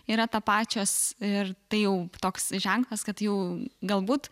yra tapačios ir tai jau toks ženklas kad jų galbūt